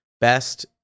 best